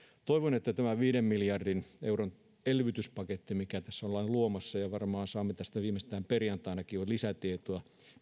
kuinka toimii tämä viiden miljardin euron elvytyspaketti mikä tässä ollaan luomassa ja varmaan saamme tästä viimeistään perjantaina jo lisätietoa